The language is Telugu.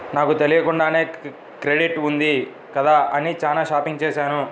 నాకు తెలియకుండానే క్రెడిట్ ఉంది కదా అని చానా షాపింగ్ చేశాను